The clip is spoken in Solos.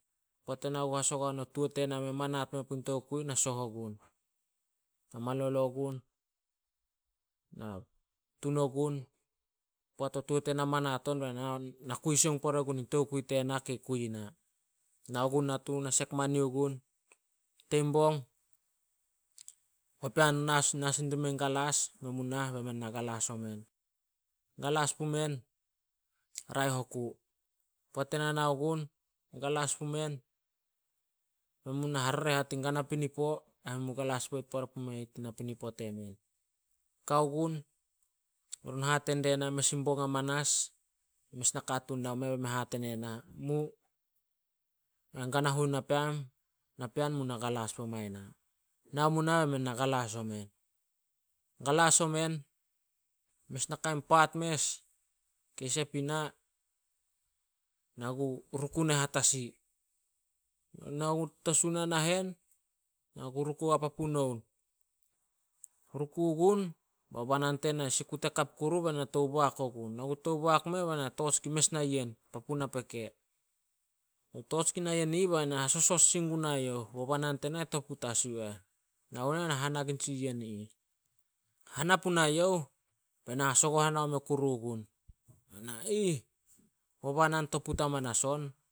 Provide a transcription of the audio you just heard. Poat ena gu hasagohan o tuo tena meri manat me puh tokui, na soh egun. Na malolo gun, na tun ogun. Poat o tuo tena manat on, na kui sioung gun tokui tena kei kui na. Nao gun natu na sek mani o gun. Tein bong, papean na- na sin dime galas, men mu nah be men na galas omen. Galas pumen raeh oku. Poat ena nao gun, galas pumen, men mu na harereh a tin gana pinpino ai men mu galas poit me tin napinipo temen. Kao gun, be run hate die na mes in bong amanas, mes nakatuun nameh be hate nema, mu na gana huenu napean, mu na galas bo mai na. Nao mu nah, be men na galas omen. Kalas omen, mes nakai poat mes kei sep ina, na ku ruk neh a tasi. Nagu tasu nah nahen, na ku ruku ai papu noun. Ruku gun bao banan tena sikut e kap kuru bena tou boak ogun. Na ku tou boak meh be na torch gun mes nayen papu napeke. Na torch gun nayen i ih bai na hasosos sin gunai youh. Bo banan tena toput as yu eh. Nao gu nah be na hana gun tsiyen i ih. Hana punai youh be na hasogohan haome kuru gun. Be na, "Aih, bo banan toput amanas on."